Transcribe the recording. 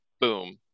Boom